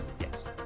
Yes